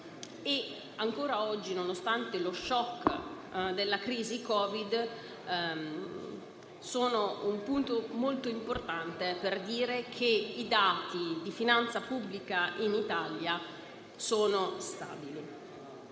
e ancora oggi, nonostante lo shock della crisi Covid, sono un punto molto importante per dire che i dati di finanza pubblica in Italia sono stabili.